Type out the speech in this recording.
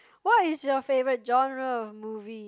what is your favourite genre of movie